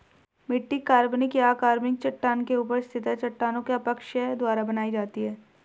मिट्टी कार्बनिक या अकार्बनिक चट्टान के ऊपर स्थित है चट्टानों के अपक्षय द्वारा बनाई जाती है